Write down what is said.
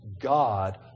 God